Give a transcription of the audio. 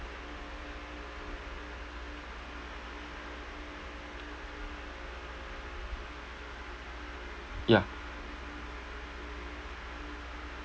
yeah